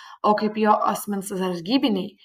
o kaip jo asmens sargybiniai